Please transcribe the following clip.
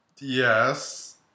Yes